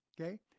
okay